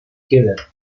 killed